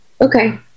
Okay